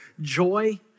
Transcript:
joy